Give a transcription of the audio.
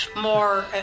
more